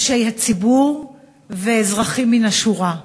אנשי הציבור ואזרחים מן השורה,